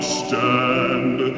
stand